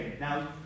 Now